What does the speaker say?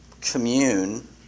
commune